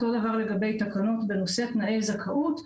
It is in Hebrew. אותו דבר לגבי תקנות בנושא תנאי זכאות.